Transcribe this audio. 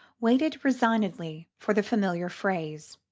waited resignedly for the familiar phrase.